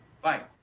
Bye